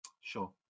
Sure